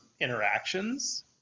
interactions